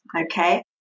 okay